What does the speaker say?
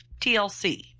TLC